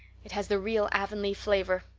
it has the real avonlea flavor.